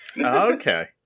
Okay